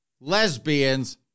Lesbians